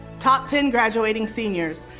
top ten graduating seniors.